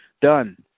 Done